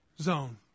zone